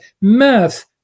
math